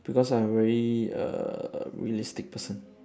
because I'm a very err err realistic person